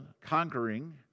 conquering